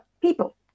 people